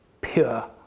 pure